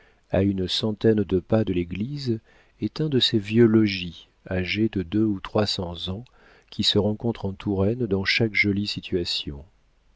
à une centaine de pas de l'église est un de ces vieux logis âgés de deux ou trois cents ans qui se rencontrent en touraine dans chaque jolie situation